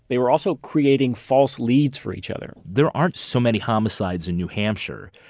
they were also creating false leads for each other there aren't so many homicides in new hampshire.